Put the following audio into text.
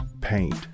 paint